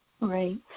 Right